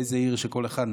לאיזה עיר שכל אחד,